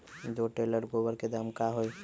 दो टेलर गोबर के दाम का होई?